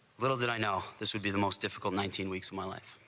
little did i know this would be the most difficult nineteen weeks and my life